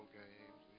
games